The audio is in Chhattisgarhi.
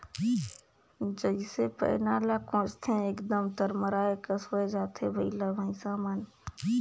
जइसे पैना ल कोचथे एकदम तरमराए कस होए जाथे बइला भइसा मन